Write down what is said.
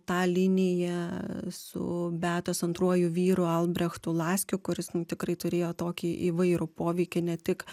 tą liniją su beatos antruoju vyru albrechtu laskiu kuris nu tikrai turėjo tokį įvairų poveikį ne tik